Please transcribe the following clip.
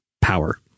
power